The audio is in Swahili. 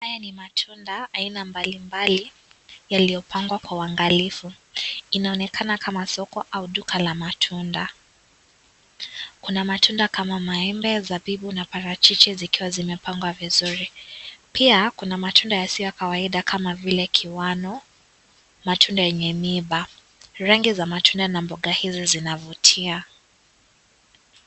Haya ni matunda aina mbalimbali yaliyopangwa kwa uangalifu. Inaonekana kama soko au duka la matunda. kuna matunda kama maembe na parachichi zikiwa zimepangwa vizuri. Pia kuna matunda yasiya kawaida kama vile kiwano, matunda yenye mimba. Rangi ya matunda na mboga hizi zinavutia.